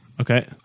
Okay